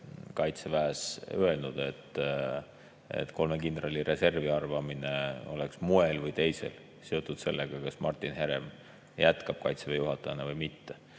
Kaitseväest öelnud, et kolme kindrali reservi arvamine oleks ühel või teisel moel seotud sellega, kas Martin Herem jätkab Kaitseväe juhatajana või mitte.